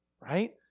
right